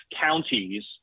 counties